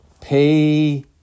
pay